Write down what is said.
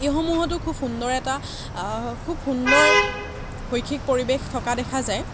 এইসমূহতো খুব সুন্দৰ এটা খুব সুন্দৰ শৈক্ষিক পৰিৱেশ থকা দেখা যায়